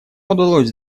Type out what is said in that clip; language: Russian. удалось